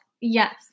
Yes